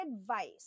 advice